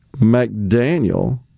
McDaniel